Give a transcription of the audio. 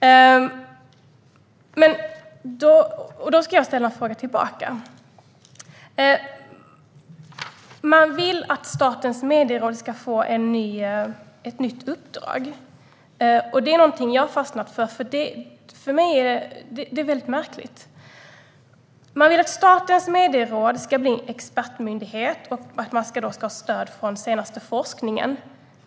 Jag ska ställa en fråga tillbaka. Man vill att Statens medieråd ska få ett nytt uppdrag. Det är något jag har fastnat för, för det är väldigt märkligt. Man vill att Statens medieråd ska bli expertmyndighet och ha stöd från den senaste forskningen.